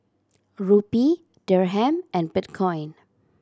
Rupee Dirham and Bitcoin